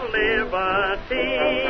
liberty